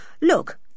Look